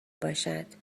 باشد